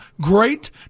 great